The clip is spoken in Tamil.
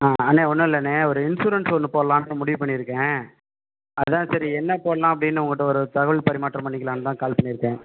ஆ அண்ணா ஒன்னுல்லண்ணா ஒரு இன்சூரன்ஸ் ஒன்று போடலான்னு முடிவு பண்ணியிருக்கேன் அதான் சரி என்ன போடலாம் அப்படின்னு உங்கள்ட்ட ஒரு தகவல் பரிமாற்றம் பண்ணிக்கலாம்னு தான் கால் பண்ணியிருக்கேன்